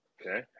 Okay